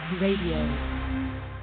RADIO